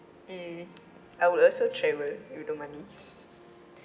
mm I would also travel with the money